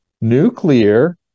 Nuclear